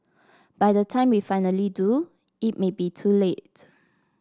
by the time we finally do it may be too late